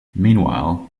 meanwhile